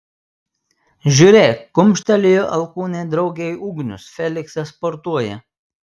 žiūrėk kumštelėjo alkūne draugei ugnius feliksas sportuoja